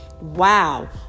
Wow